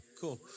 Cool